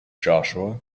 joshua